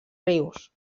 rius